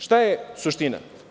Šta je suština?